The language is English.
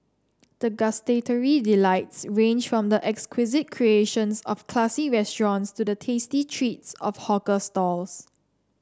the gustatory delights range from the exquisite creations of classy restaurants to the tasty treats of hawker stalls